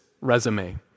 resume